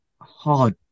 hard